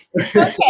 okay